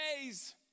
days